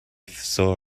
saw